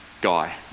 guy